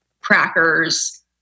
crackers